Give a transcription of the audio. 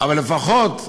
אבל לפחות,